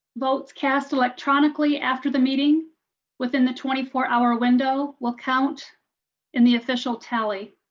votes cast electronically after the meeting within the twenty four hour window will count in the official tally.